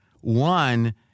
One